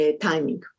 timing